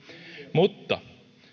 mutta